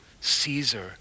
Caesar